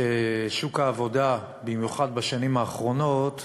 ששוק העבודה, במיוחד בשנים האחרונות,